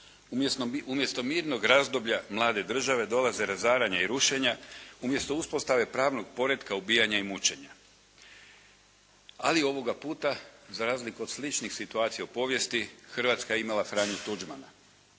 Umjesto mirnog razdoblja mlade države dolaze razaranja i rušenja, umjesto uspostave pravnog poretka, ubijanja i mučenja. Ali ovoga puta za razliku od sličnih situacija u povijesti, Hrvatska je imala Franju Tuđmana.